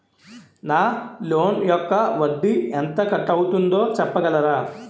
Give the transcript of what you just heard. నా లోన్ యెక్క వడ్డీ ఎంత కట్ అయిందో చెప్పగలరా?